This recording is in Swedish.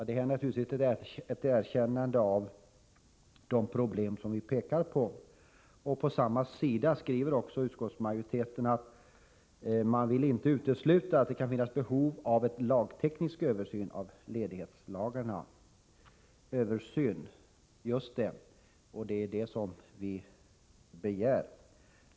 Detta är naturligtvis ett erkännande av de problem som vi beskriver. På samma sida i betänkandet skriver utskottsmajoriteten också att den inte vill utesluta att det kan finnas behov av en lagteknisk översyn av ledighetslagarna. Översyn — ja, det är just det som vi begär.